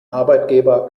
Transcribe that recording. arbeitgeber